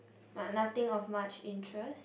but nothing of much interest